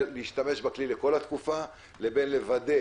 להשתמש בכלי לכל התקופה לבין לוודא,